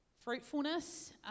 fruitfulness